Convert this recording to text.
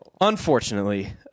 Unfortunately